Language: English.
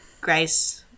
Grace –